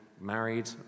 married